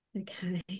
Okay